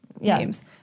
names